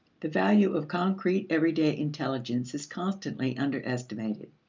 the value of concrete, everyday intelligence is constantly underestimated,